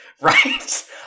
Right